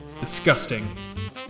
Disgusting